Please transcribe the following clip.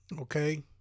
Okay